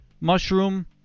mushroom